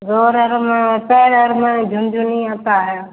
गोर ओर में सर ओर में झुनझुनी आता है